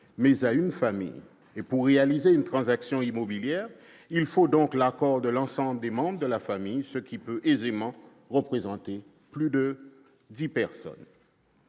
mais à une famille. Pour réaliser une transaction immobilière, il faut donc l'accord de l'ensemble des membres de la famille, ce qui peut aisément représenter plus de dix personnes.